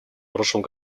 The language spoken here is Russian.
прошлом